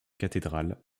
cathédrales